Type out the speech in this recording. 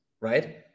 right